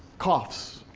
coughs,